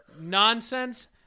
nonsense